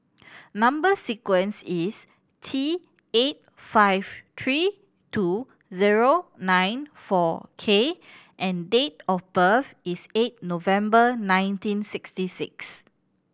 number sequence is T eight five three two zero nine four K and date of birth is eight November nineteen sixty six